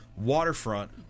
waterfront